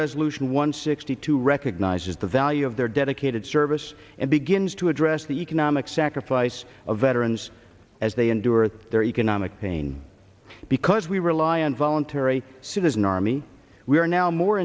lucian once sixty two recognizes the value of their dedicated service and begins to address the economic sacrifice of veterans as they endure their economic pain because we rely on voluntary citizen army we are now more